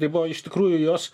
tai buvo iš tikrųjų jos